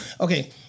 okay